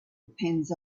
depends